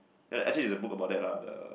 eh actually there's a book about that lah the